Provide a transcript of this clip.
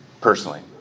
personally